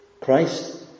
Christ